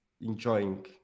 enjoying